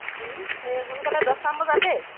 সেই সোনকালে দহটো মান বজাত দেই